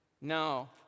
No